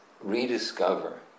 rediscover